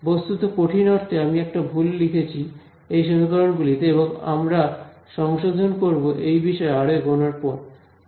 বস্তুতকঠিন অর্থে আমি একটা ভুল লিখেছি এই সমীকরণ গুলিতে এবং আমরা সংশোধন করব এই বিষয়ে আরো এগোনোর পর